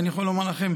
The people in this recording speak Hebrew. ואני יכול לומר לכם